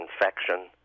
infection